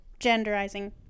genderizing